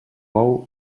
bou